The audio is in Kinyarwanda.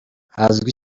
hazwi